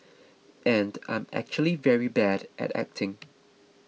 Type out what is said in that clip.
and I'm actually very bad at acting